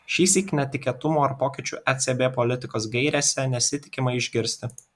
šįsyk netikėtumų ar pokyčių ecb politikos gairėse nesitikima išgirsti